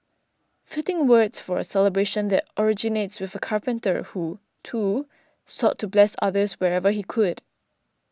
fitting words for a celebration that originates with a carpenter who too sought to bless others whenever he could